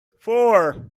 four